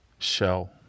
shell